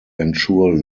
ensure